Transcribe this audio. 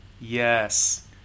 Yes